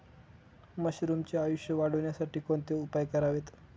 मशरुमचे आयुष्य वाढवण्यासाठी कोणते उपाय करावेत?